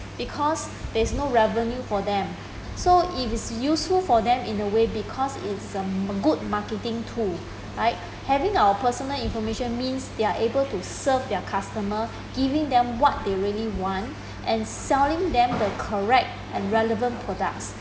because there is no revenue for them so it is useful for them in a way because it's a good marketing tool right having our personal information means they are able to serve their customer giving them what they really want and selling them the correct and relevant products